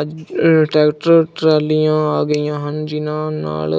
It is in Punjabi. ਅੱਜ ਟ੍ਰੈਕਟਰ ਟਰਾਲੀਆਂ ਆ ਗਈਆਂ ਹਨ ਜਿਹਨਾਂ ਨਾਲ